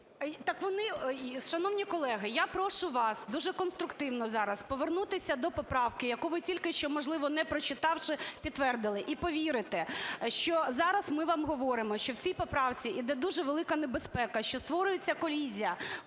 Так вони... Шановні колеги, я прошу вас дуже конструктивно зараз повернутися до поправки, яку ви тільки що, можливо, не прочитавши, підтвердили, і повірите, що зараз ми вам говоримо, що в цій поправці іде дуже велика небезпека, що створюється колізія,